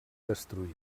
destruïda